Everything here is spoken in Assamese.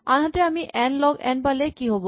আনহাতে আমি এন লগ এন পালে কি হ'ব